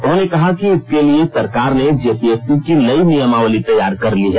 उन्होंने कहा कि इसके लिए सरकार ने जेपीएससी की नई नियमावली तैयार कर ली है